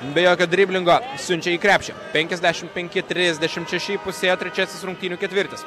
be jokio driblingo siunčia į krepšį penkiasdešimt penki trisdešimt šeši įpusėjo trečiasis rungtynių ketvirtis